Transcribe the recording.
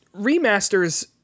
remasters